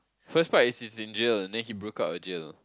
first part is is in deal then he broke up a deal